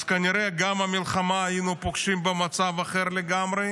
כנראה גם את המלחמה היינו פוגשים במצב אחר לגמרי.